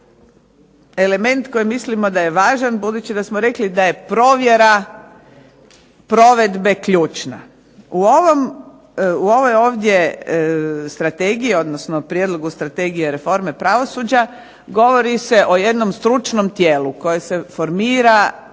element koji mislimo da je važan budući da smo rekli da je provjera provedbe ključna. U ovoj ovdje strategiji odnosno Prijedlogu strategije reforme pravosuđa govori se o jednom stručnom tijelu koje se formira